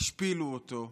השפילו אותו,